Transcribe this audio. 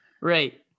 Right